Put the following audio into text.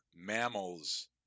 mammals